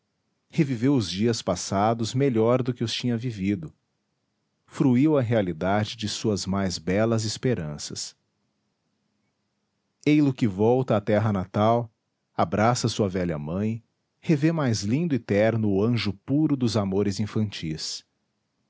reviveu os dias passados melhor do que os tinha vivido fruiu a realidade de suas mais belas esperanças ei-lo que volta à terra natal abraça sua velha mãe revê mais lindo e terno o anjo puro dos amores infantis